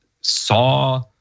saw